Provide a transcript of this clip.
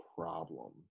Problem